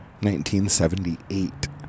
1978